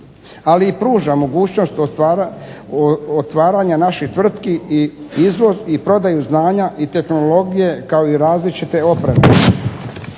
ali i pruža mogućnost otvaranja naših tvrtki i izvoz i prodaju znanja i tehnologije, kao i različite opreme.